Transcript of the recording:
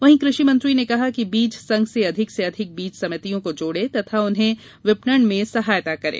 वहीं कृषि मंत्री ने कहा कि बीज संघ से अधिक से अधिक बीज समितियों को जोड़ें तथा उन्हें विपणन में सहायता करें